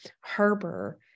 harbor